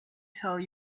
tell